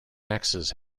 axes